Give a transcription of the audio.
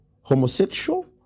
Homosexual